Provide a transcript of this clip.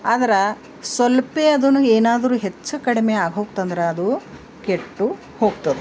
ಆದ್ರೆ ಸ್ವಲ್ಪ ಅದನ್ನು ಏನಾದರು ಹೆಚ್ಚು ಕಡಿಮೆ ಆಗ್ಹೋಕ್ತಂದ್ರೆ ಅದು ಕೆಟ್ಟು ಹೋಗ್ತದ